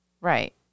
Right